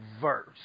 verse